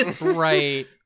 Right